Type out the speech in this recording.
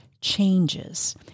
changes